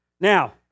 Now